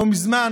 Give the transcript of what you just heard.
לא מזמן